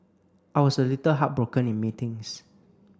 I was a little heartbroken in meetings